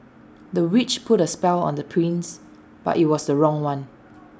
the witch put A spell on the prince but IT was the wrong one